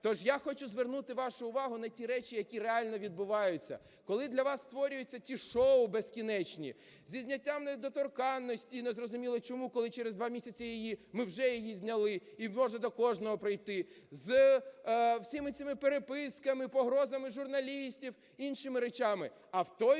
То ж я хочу звернути вашу увагу на ті речі, які реально відбуваються, коли для вас створюються ці шоу безкінечні зі зняттям недоторканності і незрозуміло чому, коли через два місяці ми вже її зняли, і можуть до кожного прийти; з цими всіма переписками, погрозами журналістам, іншими речами.